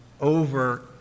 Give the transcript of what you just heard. over